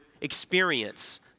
experience